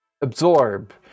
absorb